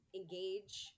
engage